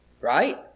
right